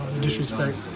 Disrespect